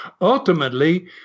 Ultimately